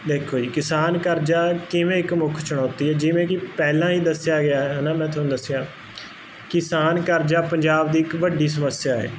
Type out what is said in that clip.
ਦੇਖੋ ਜੀ ਕਿਸਾਨ ਕਰਜਾ ਕਿਵੇਂ ਇੱਕ ਮੁੱਖ ਚੁਣੌਤੀ ਐ ਜਿਵੇਂ ਕੀ ਪਹਿਲਾਂ ਈ ਦੱਸਿਆ ਗਿਆ ਹੈ ਹਨਾ ਮੈਂ ਤੁਹਾਨੂੰ ਦੱਸਿਆ ਕਿਸਾਨ ਕਰਜਾ ਪੰਜਾਬ ਦੀ ਇੱਕ ਵੱਡੀ ਸਮੱਸਿਆ ਹੈ